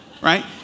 right